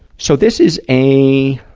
so this is a,